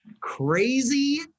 crazy